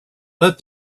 let